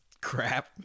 crap